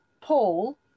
Paul